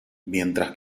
mientras